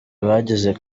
bageze